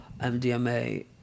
mdma